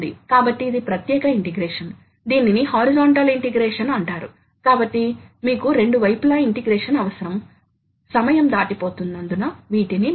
కాబట్టి మీరు ఆలోచించాల్సిన కొన్ని పాయింట్ల లో CNC మెషిన్ యొక్క ప్రధాన భాగాల ను చెప్పండి వాటి పేర్లు చెప్పడానికి ప్రయత్నించండి